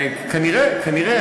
כנראה, כנראה.